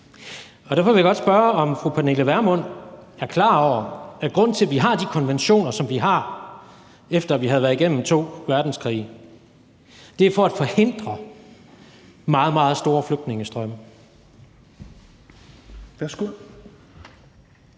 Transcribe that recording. Derfor vil jeg godt spørge, om fru Pernille Vermund er klar over, at grunden til, at vi har de konventioner, som vi har, efter at vi havde været igennem to verdenskrige, er, at man vil forhindre meget, meget store flygtningestrømme. Kl.